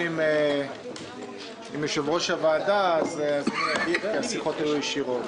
עם יושב-ראש הוועדה אז אני אגיד כי השיחות היו ישירות.